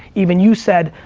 even you said,